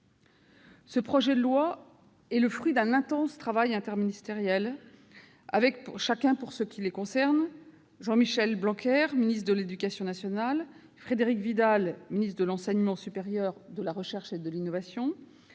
Ce projet de loi est le fruit d'un intense travail interministériel avec, chacun pour ce qui le concerne, Jean-Michel Blanquer, ministre de l'éducation nationale, Frédérique Vidal, ministre de l'enseignement supérieur, de la recherche et de l'innovation,